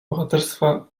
bohaterstwa